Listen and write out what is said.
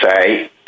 Say